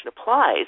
applies